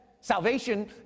Salvation